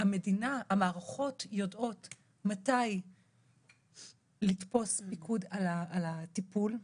המערכות יודעות מתי לתפוס פיקוד על הטיפול,